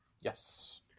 yes